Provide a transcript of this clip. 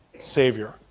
Savior